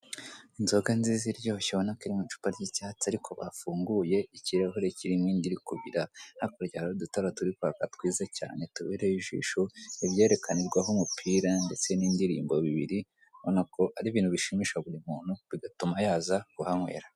Inzoga nziza iryoshye ubona ko iri mu icupa ry'icyatsi ariko bafunguye, ikirahuri kirimo indi iri kubira. Hakurya hari'udutara turi kwaka twiza cyane tubereye ijisho, ibyerekanirwaho umupira ndetse n'indirimbo bibiri, ubona ko ari ibintu bishimisha buri muntu bigatuma yaza kuhanywera.